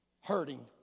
Hurting